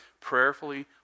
prayerfully